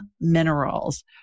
Minerals